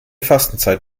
fastenzeit